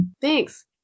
thanks